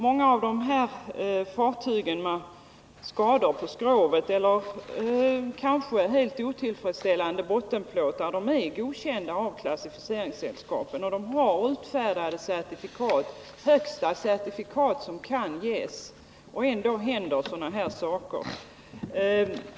Flera av de här fartygen med skador på skrovet eller kanske helt otillfredsställande bottenplåtar är godkända av klassificeringssällskapen. Trots att det har utfärdats certifikat av den högsta klassen händer sådana här saker.